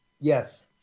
Yes